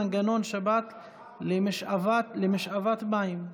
מנגנון שבת למשאבת מים).